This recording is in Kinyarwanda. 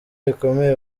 rikomeye